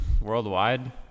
worldwide